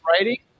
writing